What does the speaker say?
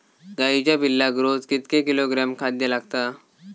गाईच्या पिल्लाक रोज कितके किलोग्रॅम खाद्य लागता?